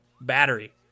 Battery